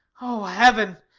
o heaven!